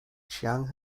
chiang